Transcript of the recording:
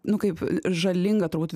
nu kaip žalinga turbūt